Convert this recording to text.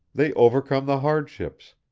they overcome the hardships,